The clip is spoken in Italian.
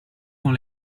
con